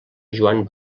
joan